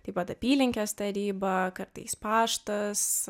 taip pat apylinkės taryba kartais paštas